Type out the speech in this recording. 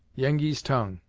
yengeese tongue.